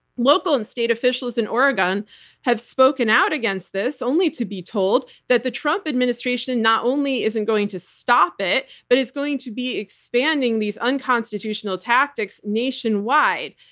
local and state officials in oregon have spoken out against this only to be told that the trump administration not only isn't going to stop it but is going to be expanding these unconstitutional tactics nationwide.